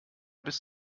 bis